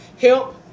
help